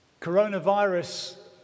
Coronavirus